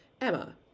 Emma